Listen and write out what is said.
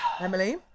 Emily